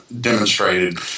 demonstrated